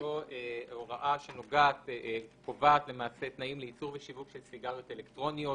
זאת הוראה שקובעת למעשה תנאים לייצור ושיווק של סיגריות אלקטרוניות,